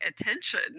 attention